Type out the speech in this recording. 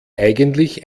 eigentlich